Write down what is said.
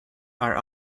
are